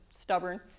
stubborn